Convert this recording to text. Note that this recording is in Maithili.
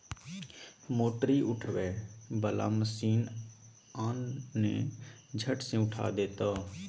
मोटरी उठबै बला मशीन आन ने झट सँ उठा देतौ